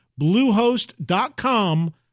Bluehost.com